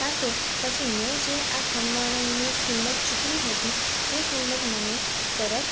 કાં તો પછી મેં જે આ ખમણની કિંમત ચૂકવી હતી તે કિંમત મને પરત